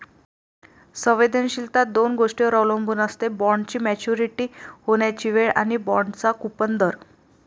संवेदनशीलता दोन गोष्टींवर अवलंबून असते, बॉण्डची मॅच्युरिटी होण्याची वेळ आणि बाँडचा कूपन दर